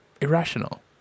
irrational